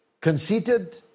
conceited